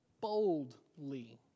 boldly